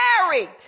married